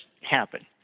happen